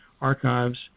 archives